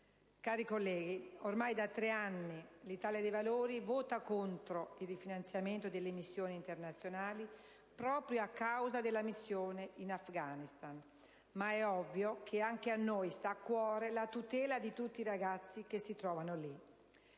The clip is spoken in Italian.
Cari colleghi, ormai da tre anni l'Italia dei Valori vota contro il rifinanziamento delle missioni internazionali, proprio a causa della missione in Afghanistan, ma è ovvio che anche a noi sta a cuore la tutela di tutti i ragazzi che si trovano lì.